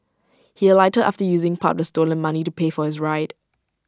he alighted after using part of the stolen money to pay for his ride